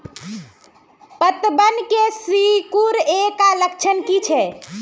पतबन के सिकुड़ ऐ का लक्षण कीछै?